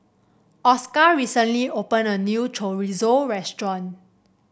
Oscar recently opened a new Chorizo restaurant